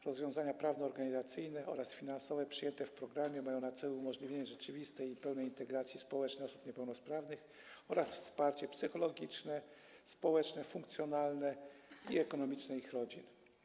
Rozwiązania prawne, organizacyjne oraz finansowe przyjęte w programie mają na celu umożliwienie rzeczywistej i pełnej integracji społecznej osób niepełnosprawnych oraz wsparcie psychologiczne, społeczne, funkcjonalne i ekonomiczne ich rodzin.